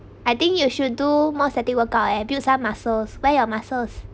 I think you should do more static work out eh build some muscles where are your muscles